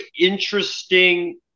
interesting